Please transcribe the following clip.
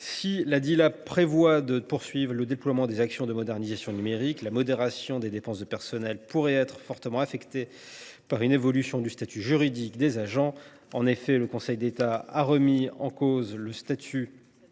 Si la Dila prévoit de poursuivre le déploiement des actions de modernisation numérique, la modération des dépenses de personnel pourrait être fortement affectée par une évolution du statut juridique des agents. En effet, le Conseil d’État a remis en cause le statut de